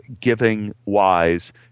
giving-wise